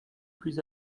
plus